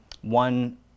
One